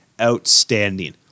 outstanding